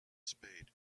spade